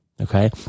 Okay